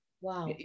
Wow